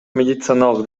медициналык